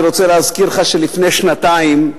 אני רוצה להזכיר לך שלפני שנתיים,